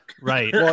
Right